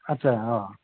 আচ্ছা অঁ